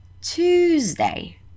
Tuesday